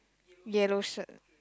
yellow shirt